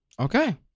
Okay